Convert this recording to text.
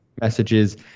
messages